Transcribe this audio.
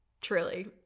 Truly